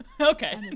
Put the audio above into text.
Okay